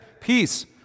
peace